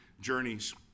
journeys